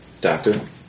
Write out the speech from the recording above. Doctor